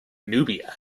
nubia